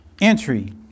entry